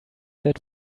that